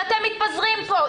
ואתם מתפזרים פה.